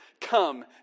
Come